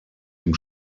dem